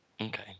Okay